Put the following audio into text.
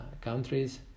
countries